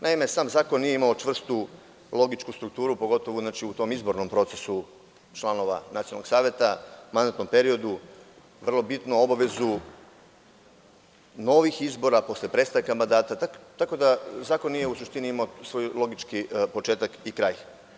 Naime, sam zakon nije imao čvrstu logičku strukturu, pogotovo u tom izbornom procesu članova nacionalnog saveta u mandatnom periodu, vrlo bitnu obavezu novih izbora posle prestanka mandata, tako da zakon nije u suštini imao svoj logični početak i kraj.